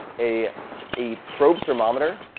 a a probe thermometer,